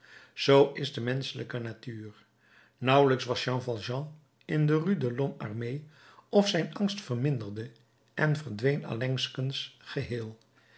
z is de menschelijke natuur nauwelijks was jean valjean in de rue de lhomme armé of zijn angst verminderde en verdween allengskens geheel